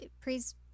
please